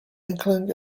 inkling